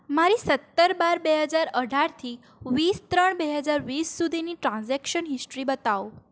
મારી સત્તર બાર બે હજાર અઢારથી વીસ ત્રણ બે હજાર વીસ સુધીની ટ્રાન્ઝેક્શન હિસ્ટ્રી બતાવો